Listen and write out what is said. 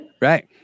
Right